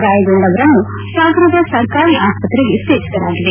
ಗಾಯಗೊಂಡವರನ್ನು ಸಾಗರದ ಸರ್ಕಾರಿ ಆಸ್ವತ್ರೆಗೆ ಸೇರಿಸಲಾಗಿದೆ